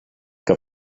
que